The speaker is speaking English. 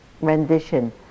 rendition